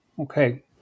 okay